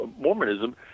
Mormonism